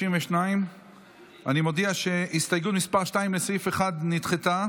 32. אני מודיע שהסתייגות מס' 2 לסעיף 1 נדחתה.